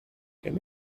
can